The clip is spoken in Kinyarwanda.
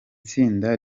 tsinda